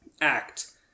act